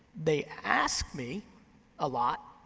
they ask me a lot,